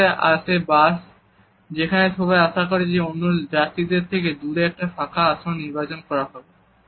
এর পরে আসে বাস যেখানে সবাই আশা করে যে অন্য যাত্রীদের থেকে দূরে একটা ফাঁকা আসন নির্বাচন করা হবে